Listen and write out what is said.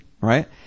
Right